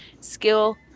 skill